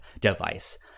device